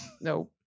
Nope